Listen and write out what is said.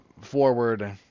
forward